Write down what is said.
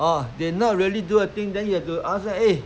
orh they not really do a thing then you have to ask them eh